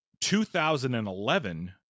2011